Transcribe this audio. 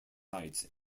lights